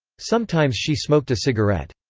sometimes she smoked a cigarette.